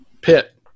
pit